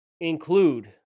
include